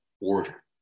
order